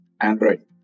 Android